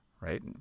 right